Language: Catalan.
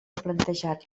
plantejat